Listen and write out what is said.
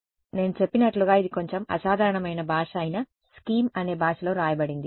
కాబట్టి నేను చెప్పినట్లుగా ఇది కొంచెం అసాధారణమైన భాష అయిన స్కీమ్ అనే భాషలో వ్రాయబడింది